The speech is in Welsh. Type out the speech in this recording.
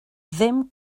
ddim